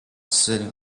sitting